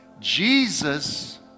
Jesus